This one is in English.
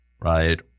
right